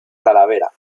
talavera